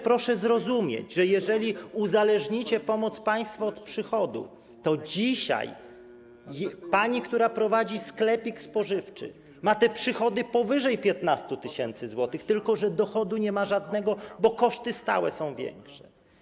Proszę zrozumieć, że jeżeli uzależnicie pomoc państwa od przychodu, to dzisiaj pani, która prowadzi sklepik spożywczy, ma te przychody powyżej 15 tys. zł, tylko że dochodu nie ma żadnego, bo koszty stałe są większe.